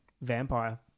vampire